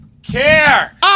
care